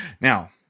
Now